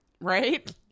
right